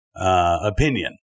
Opinion